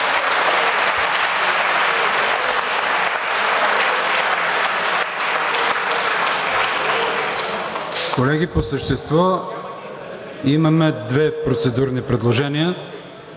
Колеги, по същество имаме две процедурни предложения.